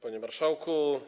Panie Marszałku!